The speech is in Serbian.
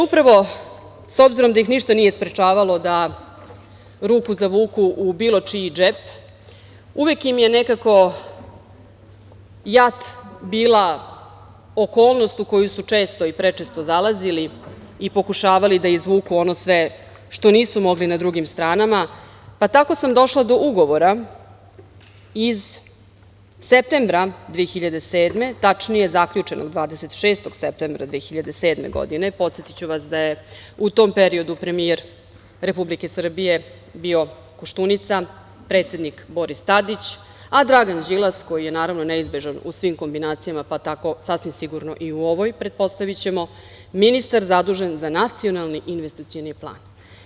Upravo, s obzirom da ih ništa nije sprečavalo da ruku zavuku u bilo čiji džep, uvek im je nekako JAT bila okolnost u koju su često i prečesto zalazili i pokušavali da izvuku ono sve što nisu mogli na drugim stranama, pa, tako sam došla do ugovora iz septembra 2007, tačnije zaključenog 26. septembra 2007. godine, podsetiću vas da je u tom periodu premijer Republike Srbije bio Koštunica, predsednik Boris Tadić, a Dragan Đilas, koji je neizbežan u svim kombinacijama, pa tako sasvim sigurno i u ovoj, pretpostavićemo, ministar zadužen za Nacionalni investicioni plan.